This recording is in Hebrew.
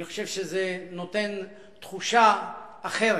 אני חושב שזה נותן תחושה אחרת.